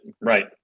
Right